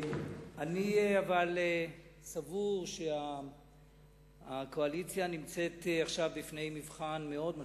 אני סבור שהקואליציה נמצאת עכשיו בפני מבחן מאוד משמעותי.